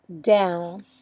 down